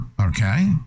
okay